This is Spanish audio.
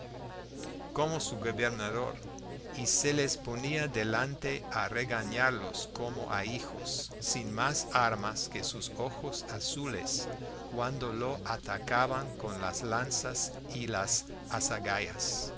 como su gobernador y se les ponía delante a regañarlos como a hijos sin más armas que sus ojos azules cuando lo atacaban con las lanzas y las